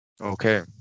Okay